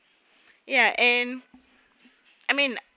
ya and I mean